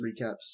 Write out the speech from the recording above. recaps